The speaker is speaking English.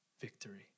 victory